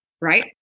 Right